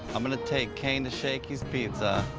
i'm gonna take caine to shakey's pizza,